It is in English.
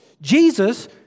Jesus